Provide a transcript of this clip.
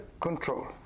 control